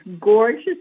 gorgeous